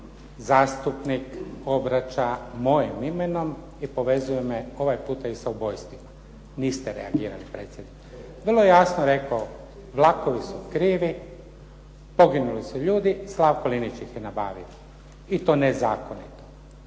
zastupnik obraća mojim imenom i povezuje me ovaj puta i sa ubojstvima. Niste reagirali predsjedniče. Vrlo je jasno rekao vlakovi su krivi, poginuli su ljudi, Slavko Linić ih je nabavio i to nezakonito.